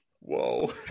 whoa